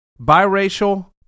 biracial